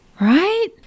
right